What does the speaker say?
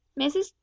mrs